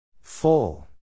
Full